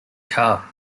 car